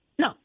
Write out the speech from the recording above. No